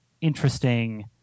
interesting